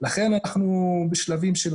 לכן אנחנו בשלבים של